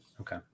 Okay